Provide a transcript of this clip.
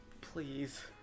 Please